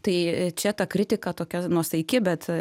tai čia ta kritika tokia nuosaiki bet